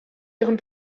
ihren